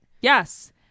Yes